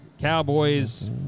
Cowboys